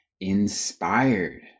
inspired